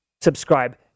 subscribe